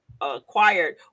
acquired